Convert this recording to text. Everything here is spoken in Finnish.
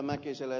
mäkiselle